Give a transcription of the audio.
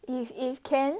if if can